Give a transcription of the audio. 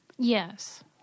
Yes